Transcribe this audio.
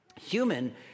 human